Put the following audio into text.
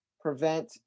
prevent